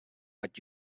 but